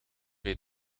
bij